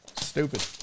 Stupid